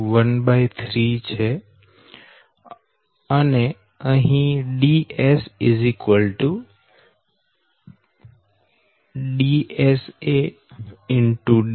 Dca13 છે અને અહી Ds Dsa